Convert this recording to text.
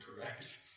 correct